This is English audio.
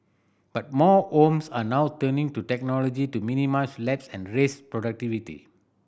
but more homes are now turning to technology to minimise lapse and raise productivity